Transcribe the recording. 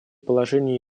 положение